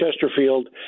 Chesterfield